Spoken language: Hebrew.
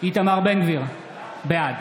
איתמר בן גביר, בעד